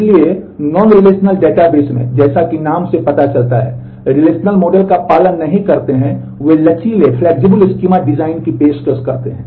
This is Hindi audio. इसलिए नॉन रिलेशनल की पेशकश करते हैं